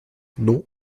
non